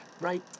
Right